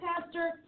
pastor